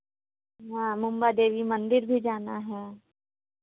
हाँ मुंबा देवी मंदिर भी जाना है